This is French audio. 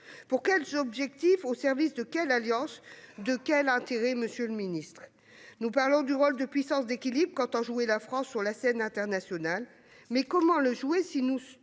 Pour quels objectifs, et au service de quelles alliances et de quels intérêts, monsieur le ministre ? Nous parlons du rôle de puissance d'équilibre qu'entend jouer la France sur la scène internationale. Mais comment le jouer si nous